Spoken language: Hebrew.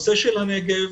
הנושא של הנגב.